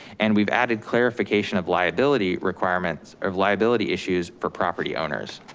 and we've added clarification of liability requirements, of liability issues for property owners.